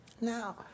Now